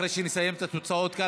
אחרי שנסיים את התוצאות כאן,